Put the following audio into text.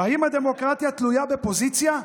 האם הדמוקרטיה תלויה בפוזיציה?